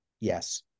Yes